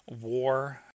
war